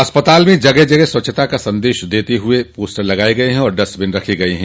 अस्पताल में जगह जगह स्वच्छता का संदेश देते हुए पोस्टर लगाये गये है और डस्टबिन रखे गये है